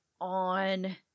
on